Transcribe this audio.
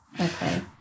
Okay